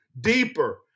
deeper